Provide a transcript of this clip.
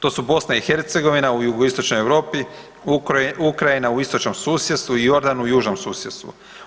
To su BiH u jugoistočnoj Europi, Ukrajina u istočnom susjedstvu i Jordan u južnom susjedstvu.